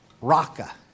Raka